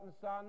son